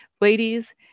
Ladies